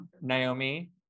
naomi